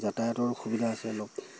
যাতায়াতৰ অসুবিধা আছে অলপ